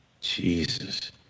Jesus